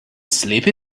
sleepy